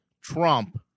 Trump